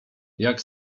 jak